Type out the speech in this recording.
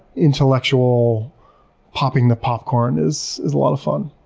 intellectual popping the popcorn is is a lot of fun.